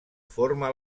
forma